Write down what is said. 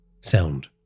sound